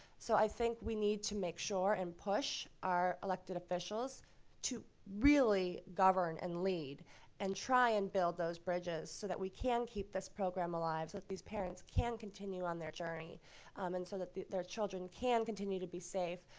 so i think we need to make sure and push our elected officials to really govern and lead and try and build those bridges, so that we can keep this program alive, so that these parents can continue on their journey um and so their children can continue to be safe,